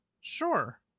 Sure